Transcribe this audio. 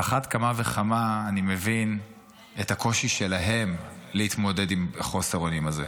על אחת כמה וכמה אני מבין את הקושי שלהן להתמודד עם חוסר האונים הזה.